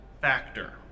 factor